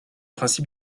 principes